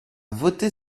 voter